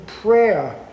prayer